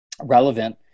relevant